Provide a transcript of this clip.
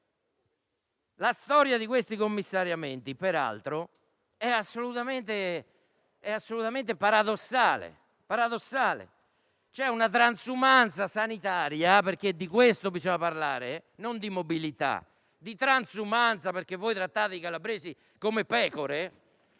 La storia di questi commissariamenti, peraltro, è assolutamente paradossale. C'è una transumanza sanitaria - perché di questo bisogna parlare, non di mobilità, perché voi trattate i calabresi come pecore